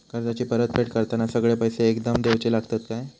कर्जाची परत फेड करताना सगळे पैसे एकदम देवचे लागतत काय?